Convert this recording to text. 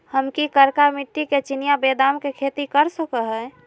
हम की करका मिट्टी में चिनिया बेदाम के खेती कर सको है?